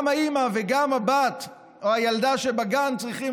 גם האימא וגם הבת או הילדה שבגן צריכות